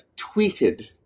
tweeted